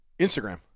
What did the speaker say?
Instagram